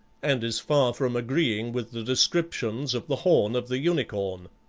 and is far from agreeing with the descriptions of the horn of the unicorn.